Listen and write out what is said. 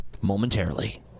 Momentarily